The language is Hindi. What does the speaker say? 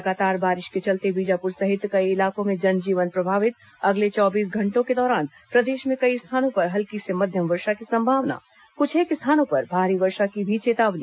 लगातार बारिश के चलते बीजापुर सहित कई इलाकों में जन जीवन प्रभावित अगले चौबीस घंटों के दौरान प्रदेश में कई स्थानों पर हल्की से मध्यम वर्षा की संभावना कुछेक स्थानों पर भारी वर्षा की भी चेतावनी